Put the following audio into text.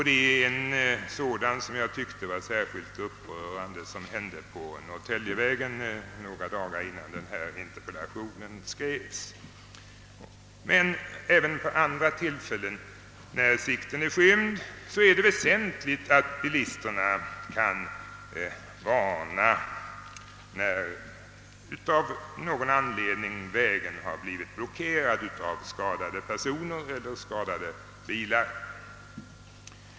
Det var en sådan, som jag tyckte var särskilt upprörande, som hände på Norrtäljevägen några dagar innan denna interpellation skrevs. Men även vid andra tillfällen då sikten är skymd är det väsentligt att bilisterna kan varnas om att vägen av någon anledning har blivit blockerad av skadade personer eller bilar.